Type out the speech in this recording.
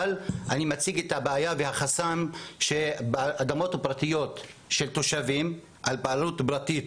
אבל אני מציג את הבעיה והחסם שאדמות פרטיות של תושבים על בעלות פרטית,